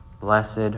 Blessed